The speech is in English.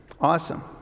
Awesome